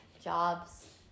Jobs